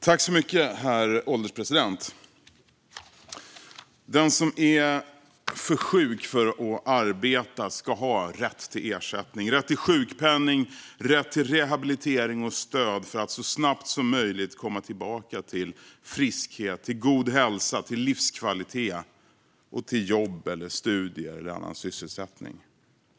Herr ålderspresident! Den som är för sjuk för att arbeta ska ha rätt till ersättning, rätt till sjukpenning och rätt till rehabilitering och stöd för att så snabbt som möjligt komma tillbaka till friskhet, till god hälsa, till livskvalitet och till jobb, studier eller annan sysselsättning.